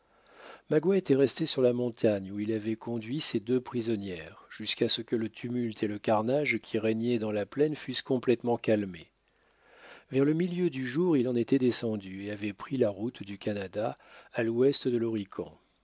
magua était resté sur la montagne où il avait conduit ses deux prisonnières jusqu'à ce que le tumulte et le carnage qui régnaient dans la plaine fussent complètement calmés vers le milieu du jour il en était descendu et avait pris la route du canada à l'ouest de l'horican